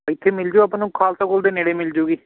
ਇੱਥੇ ਮਿਲ ਜੂ ਆਪਾਂ ਨੂੰ ਖਾਲਸਾ ਕੋਲਜ ਦੇ ਨੇੜੇ ਮਿਲ ਜੂਗੀ